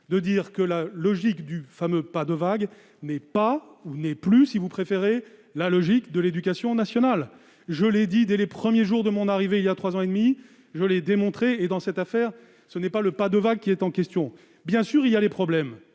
de dire que le fameux « pas de vagues !» n'est pas ou n'est plus, si vous préférez, la logique de l'éducation nationale. Je l'ai dit dès les premiers jours de mon arrivée au ministère il y a trois ans et demi, et je l'ai démontré ensuite. Dans cette affaire, ce n'est pas le « pas de vagues !» qui est en question. Bien sûr, il existe des problèmes,